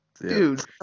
dude